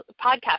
podcast